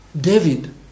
David